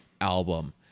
album